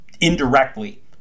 indirectly